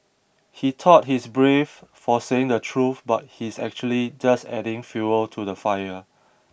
he thought he's brave for saying the truth but he's actually just adding fuel to the fire